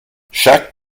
chaque